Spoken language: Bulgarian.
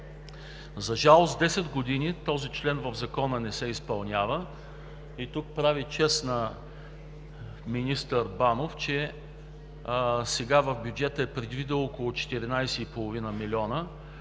За жалост, десет години този член в Закона не се изпълнява и тук прави чест на министър Банов, че сега в бюджета е предвидено около 14,5 милиона,